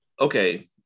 okay